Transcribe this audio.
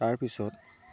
তাৰপিছত